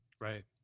Right